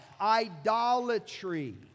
idolatry